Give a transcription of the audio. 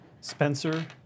Spencer